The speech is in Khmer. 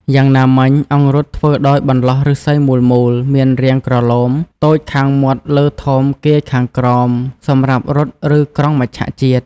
យ៉ាងណាមិញ អង្រុតធ្វើដោយបន្លោះឫស្សីមូលៗ មានរាងក្រឡូម តូចខាងមាត់លើធំគាយខាងក្រោម សម្រាប់រុត ឬក្រុងមច្ឆជាតិ។